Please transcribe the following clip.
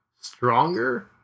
stronger